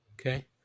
Okay